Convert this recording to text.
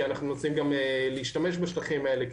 כי אנחנו רוצים גם להשתמש בשטחים האלה,